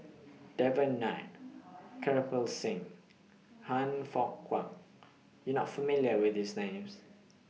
Devan Nair Kirpal Singh Han Fook Kwang YOU Are not familiar with These Names